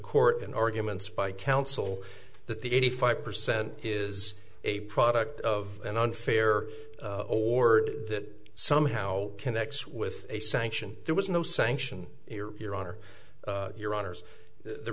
court in arguments by counsel that the eighty five percent is a product of an unfair order that somehow connects with a sanction there was no sanction your honor your honour's the